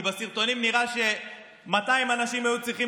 כי בסרטונים נראה ש-200 אנשים היו צריכים